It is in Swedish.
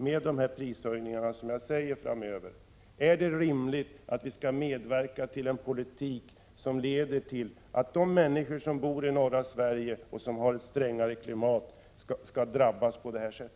Är det rimligt att vi, med dessa prishöjningar framöver, skall medverka till en politik som leder till att de människor som bor i norra Sverige och som har ett strängare klimat skall drabbas på detta sätt?